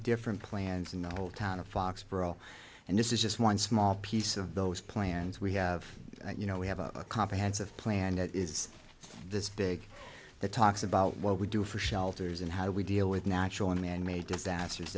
different plans in the whole town of foxborough and this is just one small piece of those plans we have you know we have a comprehensive plan that is this big that talks about what we do for shelters and how do we deal with natural and manmade disasters